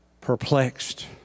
perplexed